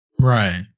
Right